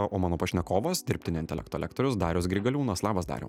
o mano pašnekovas dirbtinio intelekto lektorius darius grigaliūnas labas dariau